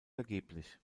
vergeblich